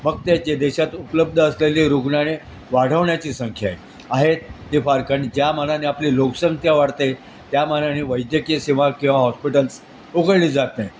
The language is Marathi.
मग ते जे देशात उपलब्ध असलेले रूग्ण आणि वाढवण्याची संख्या आहे आहे ते फार कारण ज्या मनाने आपली लोकसंख्या वाढते त्या मनाने वैद्यकीय सेवा किंवा हॉस्पिटल्स उघडली जात नाही